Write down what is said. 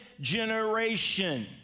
generation